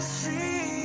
see